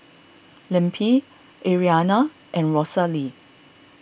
Lempi Ariana and Rosalee